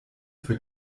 für